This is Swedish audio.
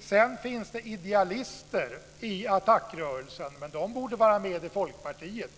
Sedan finns det idealister i ATTAC-rörelsen, men de borde vara med i Folkpartiet.